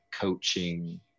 coaching